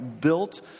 built